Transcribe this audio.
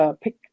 pick